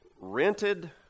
rented